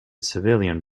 civilian